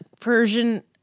Persian